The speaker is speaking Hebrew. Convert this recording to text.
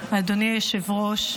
היושב-ראש,